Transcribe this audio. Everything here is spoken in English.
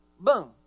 Boom